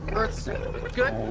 earth's good?